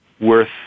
worth